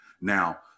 Now